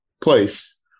place